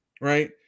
Right